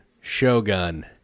Shogun